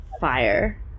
fire